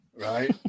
right